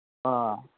ꯑꯥ